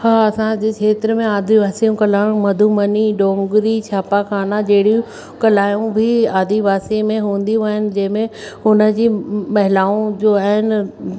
हा असांजे खेत्र में आदिवासियूं कलाऊं मधुमनी डोंगरी छापाखाना जहिड़ी कलायूं बि आदिवासी में हूंदियूं आहिनि जंहिंमें हुन जी महिलाऊं जो आहिनि